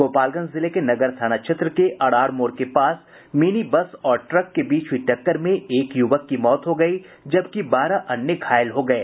गोपालगंज जिले के नगर थाना क्षेत्र के अरार मोड़ के पास मिनी बस और ट्रक के बीच हुयी टक्कर में एक युवक की मौत हो गयी जबकि बारह अन्य घायल हो गये